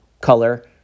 color